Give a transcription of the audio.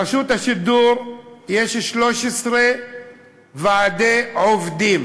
ברשות השידור יש 13 ועדי עובדים.